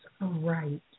right